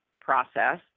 process